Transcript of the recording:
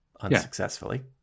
unsuccessfully